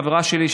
חברה שלי,